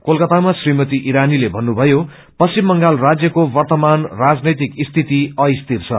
कोलकोतामा श्रीमती ईरानीले भन्नुभयो पश्चिम बंगल राज्यको वर्तमान राजनैतिक स्थिति अस्थिर छ